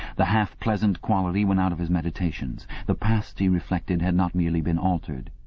the half-pleasant quality went out of his meditations. the past, he reflected, had not merely been altered,